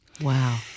Wow